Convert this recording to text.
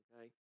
okay